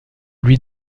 lui